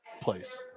place